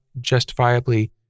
justifiably